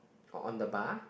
or on the bar